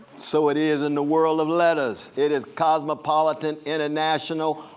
so it is in the world of letters. it is cosmopolitan, international,